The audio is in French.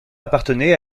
appartenait